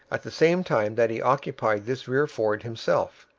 at the same time that he occupied this rear ford himself.